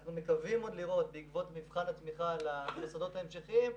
ואנחנו מקווים עוד לראות בעקבות מבחן התמיכה למוסדות ההמשכיים,